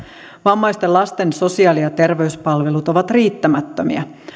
vammaisten lasten sosiaali ja terveyspalvelut ovat riittämättömiä